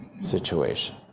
situation